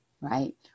right